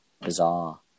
bizarre